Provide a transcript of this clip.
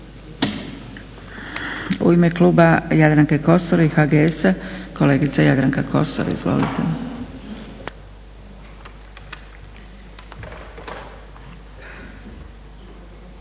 U ime kluba Jadranke Kosor i HGS-a, kolegica Jadranka Kosor. Izvolite.